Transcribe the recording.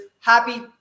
Happy